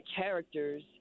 characters